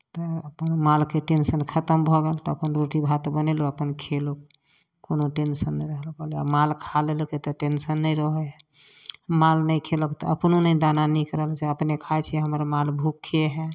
तऽ अपन मालके टेंसन खतम भऽ गेल तऽ अपन रोटी भात बनेलहुँ अपन खेलहुँ कोनो टेंसन नहि रहल कहलियै आब माल खा लेलक तऽ टेंसन नहि रहै है आओर माल नहि खेलक तऽ अपनो नहि दाना नीक लगै छै अपने खाइ छियै हमर माल भूक्खे है